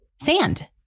sand